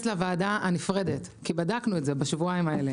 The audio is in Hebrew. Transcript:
לוועדה הנפרדת כי בדקנו את זה בשבועיים האלה.